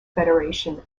federation